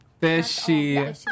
Fishy